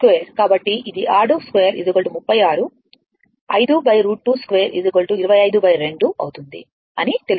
కాబట్టి 62 36 5 √22 252 అవుతుంది అని తెలుసుకోండి